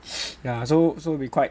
ya so so we quite